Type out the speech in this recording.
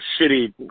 shitty